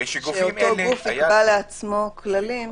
שאותו גוף יקבע לעצמו כללים שיחולו.